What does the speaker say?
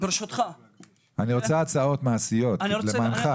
אני רוצה הצעות מעשיות, למענך.